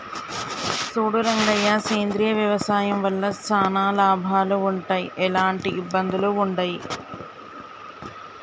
సూడు రంగయ్య సేంద్రియ వ్యవసాయం వల్ల చానా లాభాలు వుంటయ్, ఎలాంటి ఇబ్బందులూ వుండయి